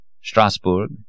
Strasbourg